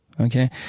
okay